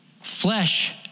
Flesh